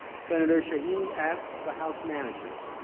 center she yeah i mean asks the house managers